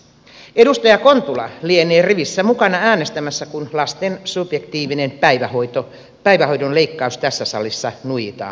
edustaja kontula lienee rivissä mukana äänestämässä kun lasten subjektiivisen päivähoidon leikkaus tässä salissa nuijitaan pöytään